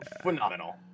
phenomenal